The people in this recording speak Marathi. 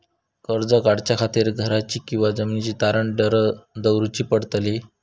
कर्ज काढच्या खातीर घराची किंवा जमीन तारण दवरूची पडतली?